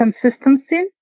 Consistency